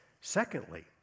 Secondly